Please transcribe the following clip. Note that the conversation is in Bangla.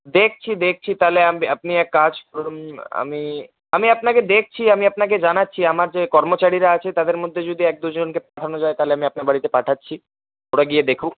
দেখছি দেখছি তাহলে আপনি এক কাজ করুন আমি আমি আপনাকে দেখছি আমি আপনাকে জানাচ্ছি আমার যে কর্মচারীরা আছে তাদের মধ্যে যদি এক দুজনকে পাঠানো যায় তাহলে আমি আপনার বাড়িতে পাঠাচ্ছি ওরা গিয়ে দেখুক